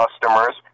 customers